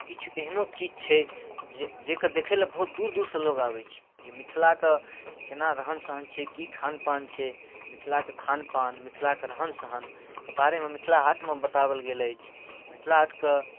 किछु एहनो चीज छै जे जाहिके देखैलए बहुत दूर दूरसँ लोक आबै छै जे मिथिलाके कोना रहन सहन छै कि खानपान छै मिथिलाके खानपान मिथिलाके रहन सहनके बारेमे मिथिला हाटमे बताएल गेल अछि मिथिला हाटके